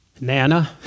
Nana